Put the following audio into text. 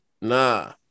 Nah